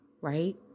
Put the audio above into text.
right